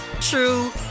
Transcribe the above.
true